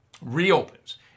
reopens